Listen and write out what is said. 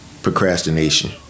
procrastination